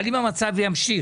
אבל אם המצב ימשיך,